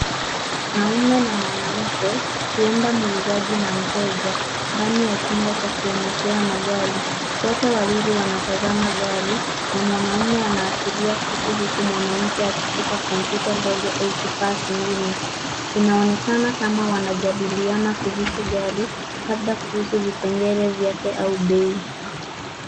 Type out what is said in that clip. Mwanaume na mwanamke huenda muuzaji na mteja. Ndani ya chumba cha kuonyeshea magari. Wote wawili wanatazama gari na mwanaume anaashiria kitu huku mwanamke akishika kompyuta ndogo au kifaa kingine. Inaonekana kama wanajadiliana kuhusu gari labda kuhusu vipengele vyake au bei.